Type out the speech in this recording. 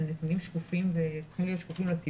אלה נתונים שקופים לציבור.